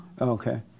Okay